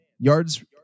Yards